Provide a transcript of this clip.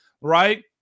Right